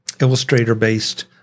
illustrator-based